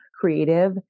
creative